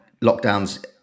lockdowns